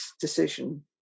decision